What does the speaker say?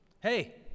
Hey